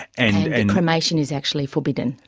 and cremation is actually forbidden.